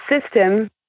system